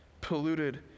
polluted